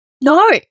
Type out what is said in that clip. No